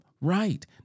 Right